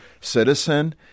citizen